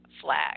flag